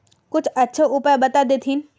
कुछ अच्छा उपाय बता देतहिन?